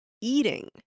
eating